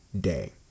day